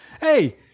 Hey